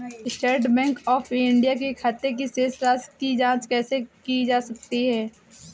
State Bank of India के खाते की शेष राशि की जॉंच कैसे की जा सकती है?